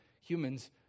humans